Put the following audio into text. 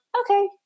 okay